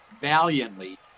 valiantly